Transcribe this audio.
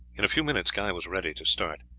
in a few minutes guy was ready to start.